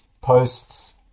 posts